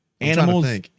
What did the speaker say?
Animals